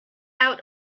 out